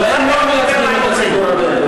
והם לא מייצגים את הציבור הזה,